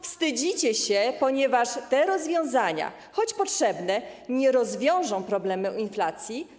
Wstydzicie się, ponieważ te rozwiązania, choć potrzebne, nie rozwiążą problemu inflacji.